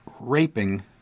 raping